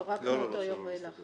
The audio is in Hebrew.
לא, רק מאותו יום ואילך.